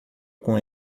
com